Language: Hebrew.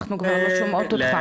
אנחנו כבר לא שומעות אותך.